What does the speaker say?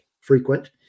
frequent